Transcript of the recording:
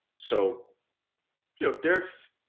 so you know there's